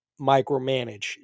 micromanage